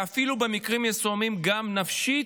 ואפילו במקרים מסוימים גם נפשית,